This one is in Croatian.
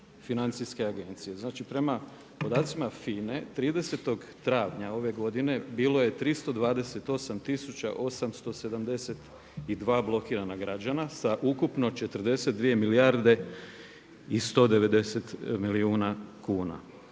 dobio od FINA-e. Znači, prema podacima FINA-e, 30. travnja ove godine bilo je 328 872 blokirana građana, sa ukupno 42 milijarde i 190 milijuna kuna,